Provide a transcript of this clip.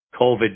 COVID